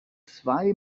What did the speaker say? zwei